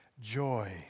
joy